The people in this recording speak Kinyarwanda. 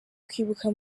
kwibuka